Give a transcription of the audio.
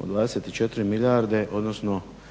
od 24 milijarde odnosno